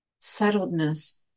settledness